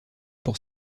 pour